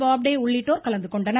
பாப்டே உள்ளிட்டோர் கலந்துகொண்டனர்